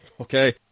Okay